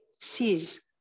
sees